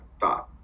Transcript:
thought